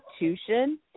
institution